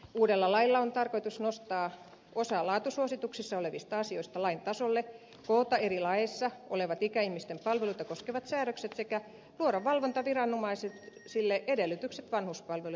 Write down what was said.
uudella lailla on tarkoitus nostaa osa laatusuosituksissa olevista asioista lain tasolle koota eri laeissa olevat ikäihmisten palveluita koskevat säädökset sekä luoda valvontaviranomaisille edellytykset vanhuspalvelujen laadun valvonnalle